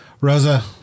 Rosa